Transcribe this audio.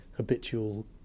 Habitual